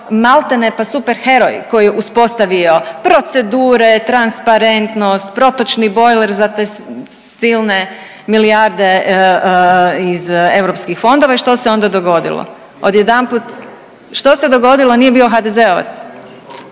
malte ne pa super heroj koji je uspostavio procedure, transparentnost, protočni bojler za te silne milijarde iz europskih fondova i što se onda dogodilo? Odjedanput… …/Upadica iz klupe se